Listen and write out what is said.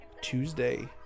Tuesday